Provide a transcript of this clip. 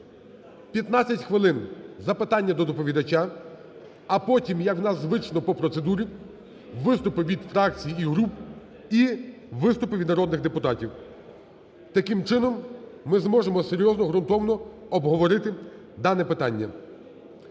15 хвилин – запитання до доповідача, а потім, як в нас звично по процедурі, виступи від фракцій і груп і виступи від народних депутатів. Таким чином, ми зможемо серйозно, ґрунтовно обговорити дане питання.